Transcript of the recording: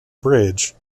bridge